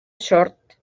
sort